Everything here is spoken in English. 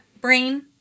brain